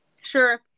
Sure